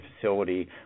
facility